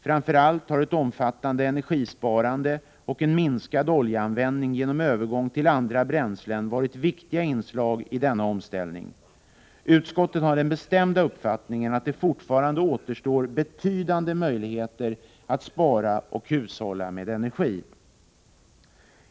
Framför allt har ett omfattande energisparande och en minskad oljeanvändning, på grund av övergång till andra bränslen, utgjort viktiga inslag i denna omställning. Utskottet har den bestämda uppfattningen att det fortfarande återstår betydande möjligheter att spara och hushålla med energi.